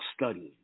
studying